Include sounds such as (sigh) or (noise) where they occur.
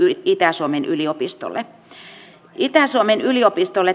itä suomen yliopistoon itä suomen yliopistolle (unintelligible)